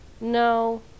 No